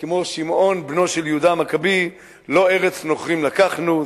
כמו שמעון בנו של יהודה המכבי: לא ארץ נוכרים לקחנו,